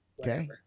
Okay